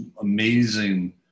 amazing